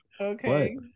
Okay